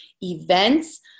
events